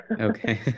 Okay